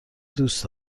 دوست